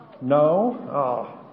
No